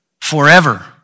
forever